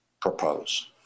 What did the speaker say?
propose